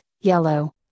yellow